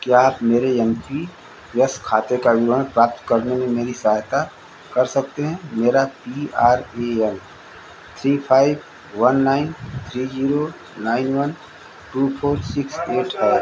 क्या आप मेरे एन पी एस खाते का विवरण प्राप्त करने में मेरी सहायता कर सकते हैं मेरा P R A N three five one nine three zero nine one two four six eight है